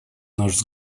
наш